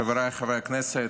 חבריי חברי הכנסת,